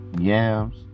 yams